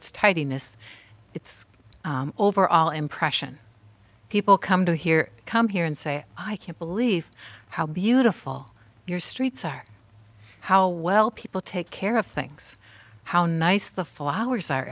tightness its overall impression people come to here come here and say i can't believe how beautiful your streets are how well people take care of things how nice the full hours are